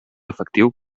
efectiu